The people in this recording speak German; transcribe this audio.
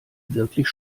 wirklich